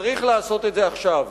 צריך לעשות את זה עכשיו.